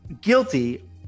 guilty